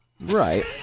Right